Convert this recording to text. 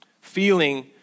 Feeling